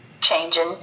changing